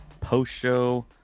post-show